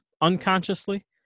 unconsciously